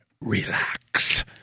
Relax